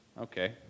Okay